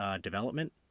development